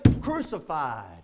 crucified